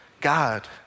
God